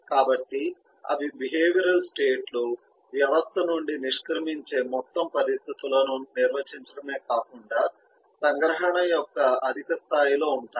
కాబట్టి అవి behavioural state లు వ్యవస్థ నుండి నిష్క్రమించే మొత్తం పరిస్థితులను నిర్వచించడమే కాకుండా సంగ్రహణ యొక్క అధిక స్థాయిలో ఉంటాయి